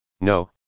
No